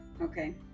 okay